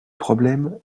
problème